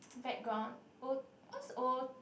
background O what's O